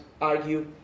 argue